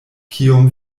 kiom